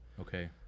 Okay